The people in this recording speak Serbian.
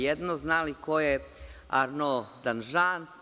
Jedno – zna li ko je Arno Danžan?